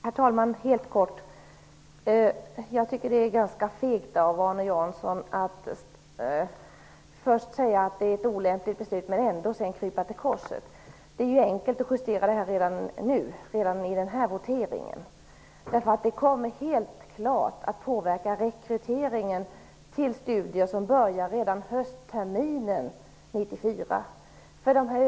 Herr talman! Jag tycker att det är ganska fegt av Arne Jansson att först säga att det var ett dåligt beslut och sedan krypa till korset. Det är enkelt att justera det redan vid voteringen om ärendet. Det kommer helt klart att påverka rekryteringen till studier som börjar redan under höstterminen 1994.